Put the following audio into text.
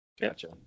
Gotcha